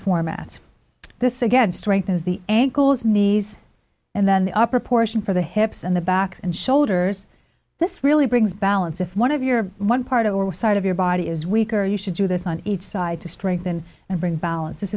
formats this again strengthens the ankles knees and then the upper portion for the hips and the backs and shoulders this really brings balance if one of your one part of your side of your body is weaker you should do this on each side to strengthen and bring balance this